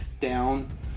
down